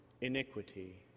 iniquity